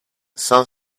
cinq